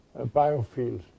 biofields